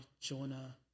Jonah